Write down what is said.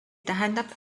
tähendab